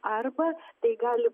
arba tai gali